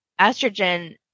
Estrogen